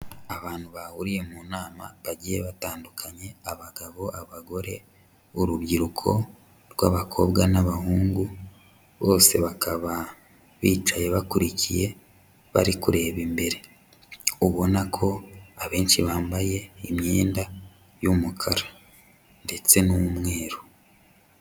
Abantu bahuriye mu nama bagiye batandukanye, abagabo, abagore, urubyiruko rw'abakobwa n'abahungu, bose bakaba bicaye bakurikiye bari kureba imbere, ubona ko abenshi bambaye imyenda y'umukara ndetse n'umweru.